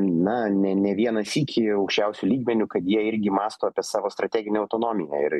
na ne ne vieną sykį aukščiausiu lygmeniu kad jie irgi mąsto apie savo strateginę autonomiją ir